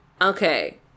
okay